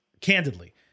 candidly